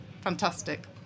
fantastic